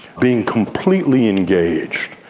being completely engaged.